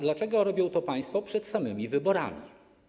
Dlaczego robią to państwo przed samymi wyborami?